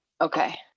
Okay